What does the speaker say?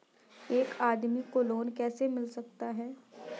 एक आदमी को लोन कैसे मिल सकता है?